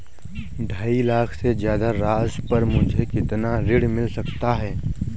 ढाई लाख से ज्यादा राशि पर मुझे कितना ऋण मिल सकता है?